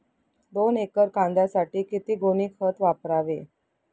दोन एकर कांद्यासाठी किती गोणी खत वापरावे?